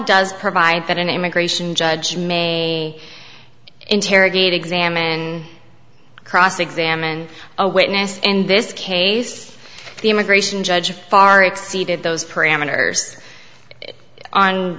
does provide that an immigration judge may interrogate examine and cross examine a witness in this case the immigration judge far exceeded those parameters on